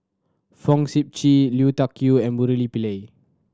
Fong Sip Chee Lui Tuck Yew and Murali Pillai